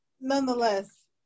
nonetheless